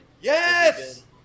Yes